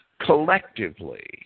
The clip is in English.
collectively